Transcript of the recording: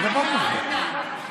לוועדה שתקבע ועדת הכנסת נתקבלה.